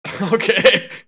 okay